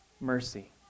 mercy